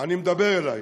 אני מדבר אלייך,